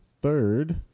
third